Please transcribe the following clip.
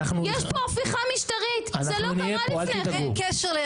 יש פה הפיכה משטרית, זה לא קרה לפני כן.